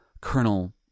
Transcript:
Colonel